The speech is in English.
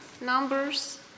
Numbers